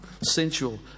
Sensual